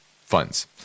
funds